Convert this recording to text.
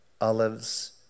Olives